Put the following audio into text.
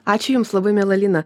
ačiū jums labai miela lina